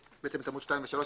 בעצם את עמוד 2 ו-3,